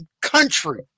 country